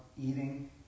eating